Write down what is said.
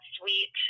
sweet